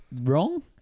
wrong